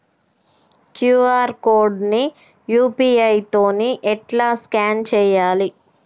QR code ని UPI తోని ఎట్లా స్కాన్ చేయాలి?